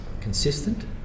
consistent